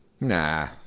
nah